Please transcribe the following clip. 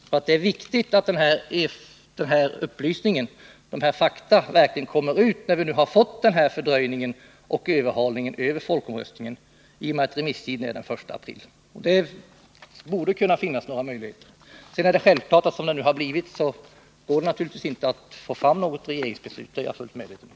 Det är nämligen viktigt att alla fakta kommer fram, när vi nu har fått den här fördröjningen och förhalningen inför folkomröstningen i och med att remisstiden går ut den 1 april. Jag tycker att det borde kunna finnas sådana möjligheter för departementet. Sedan vill jag säga att jag med tanke på hur det hela utvecklat sig är fullt medveten om att det inte nu går att få fram något regeringsbeslut.